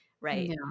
right